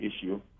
issue